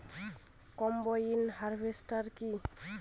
Combine harvester কি?